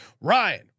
Ryan